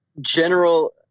general